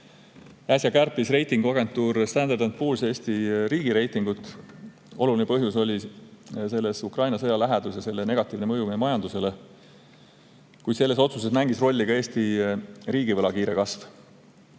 Äsja kärpis reitinguagentuur Standard and Poor's Eesti riigireitingut. Oluline põhjus oli Ukraina sõja lähedus ja selle negatiivne mõju meie majandusele, kuid selles otsuses mängis rolli ka Eesti riigi võla kiire kasv.